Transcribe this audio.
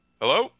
Hello